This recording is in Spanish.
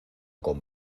con